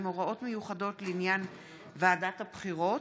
(הוראות מיוחדות לעניין ועדת הבחירות),